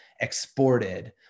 exported